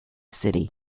city